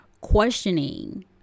questioning